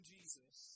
Jesus